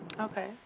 Okay